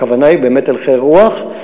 הכוונה היא באמת הלכי רוח,